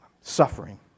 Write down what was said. suffering